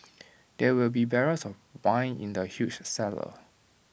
there will be barrels of wine in the huge cellar